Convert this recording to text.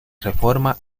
reforma